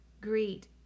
Greet